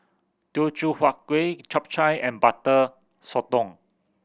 Teochew Huat Kueh Chap Chai and Butter Sotong